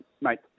mate